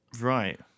right